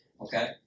okay